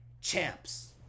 champs